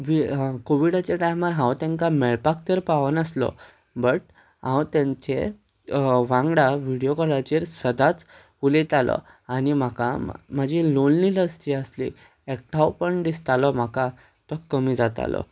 कोविडाच्या टायमार हांव तेंका मेळपाक तर पावोनासलो बट हांव तेंचे वांगडा व्हिडियो कॉलाचेर सदांच उलयतालो आनी म्हाका म्हाजी लोन्लीनस जी आसली एकठावपण दिसतालो म्हाका तो कमी जातालो